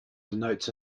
denotes